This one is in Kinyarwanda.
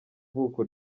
ivuko